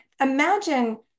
imagine